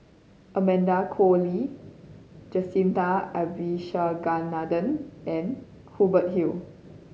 Amanda Koe Lee Jacintha Abisheganaden and Hubert Hill